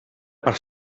per